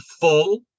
full